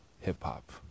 hip-hop